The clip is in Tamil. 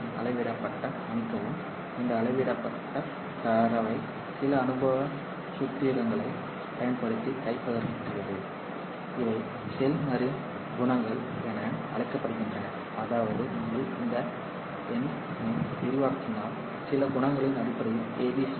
அளவிடப்பட்ட மன்னிக்கவும் இந்த அளவிடப்பட்ட தரவை சில அனுபவ சூத்திரங்களைப் பயன்படுத்தி கைப்பற்றியது இவை செல்மரின் குணகங்கள் என அழைக்கப்படுகின்றன அதாவது நீங்கள் இந்த n ஐ விரிவாக்கினால் சில குணகங்களின் அடிப்படையில் ABCDE